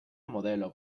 modelo